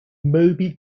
moby